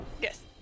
Yes